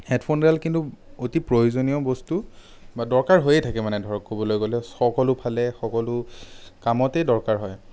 হেডফোনডাল কিন্তু অতি প্ৰয়োজনীয় বস্তু বা দৰকাৰ হৈয়ে থাকে মানে ধৰক ক'বলৈ গ'লে সকলোফালে সকলো কামতেই দৰকাৰ হয়